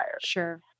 Sure